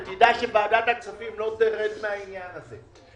ותדע שוועדת הכספים לא תרד מהעניין הזה,